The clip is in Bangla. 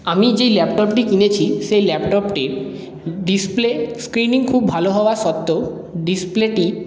আমি যেই ল্যাপটপটি কিনেছি সেই ল্যাপটপটির ডিসপ্লে স্ক্রিনিং খুব ভালো হওয়ার সত্ত্বেও ডিসপ্লেটি